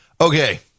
Okay